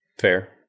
Fair